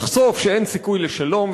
לחשוף שאין סיכוי לשלום,